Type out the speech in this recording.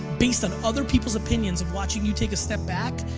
based on other people's opinions of watching you take a step back,